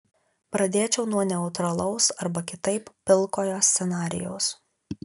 pradėčiau nuo neutralaus arba kitaip pilkojo scenarijaus